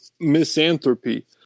misanthropy